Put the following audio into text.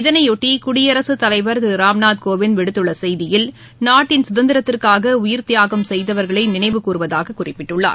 இதனையாட்டிகுடியரசுத் தலைவர் திருராம்நாத் கோவிந்த் விடுத்துள்ளசெய்தியில் நாட்டின் சுதந்திரத்திற்காகஉயிர்த்தியாகம் செய்தவர்களைநினைவு கூர்வதாககுறிப்பிட்டுள்ளார்